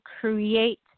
create